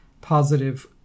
positive